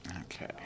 Okay